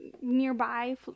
nearby